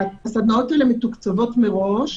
הסדנאות האלה מתוקצבות מראש,